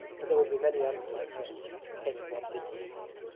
but there will be many others like her came at once into his head,